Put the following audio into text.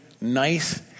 nice